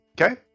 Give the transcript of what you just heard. Okay